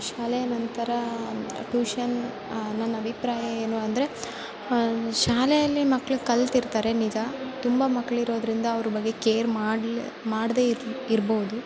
ಶಾಲೆಯ ನಂತರ ಟ್ಯೂಷನ್ ನನ್ನ ಅಭಿಪ್ರಾಯ ಏನು ಅಂದರೆ ಶಾಲೆಯಲ್ಲಿ ಮಕ್ಳು ಕಲಿತಿರ್ತಾರೆ ನಿಜ ತುಂಬ ಮಕ್ಳು ಇರೋದ್ರಿಂದ ಅವರು ಬಗ್ಗೆ ಕೇರ್ ಮಾಡ್ಲಿ ಮಾಡದೇ ಇರ್ಲಿ ಇರಬೌದು